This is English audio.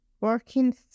working